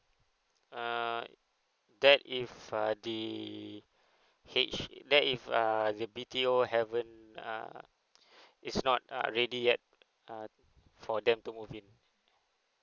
err that if uh the H that if err the B_T_O haven't err it's not uh ready yet uh for them to move in